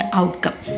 outcome